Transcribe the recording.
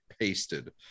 pasted